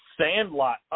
Sandlot